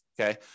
okay